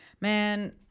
Man